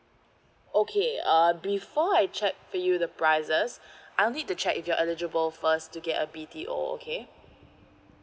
okay uh before I check for you the prices I'll need to check if you're eligible first to get a B_T_O okay